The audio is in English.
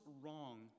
wrong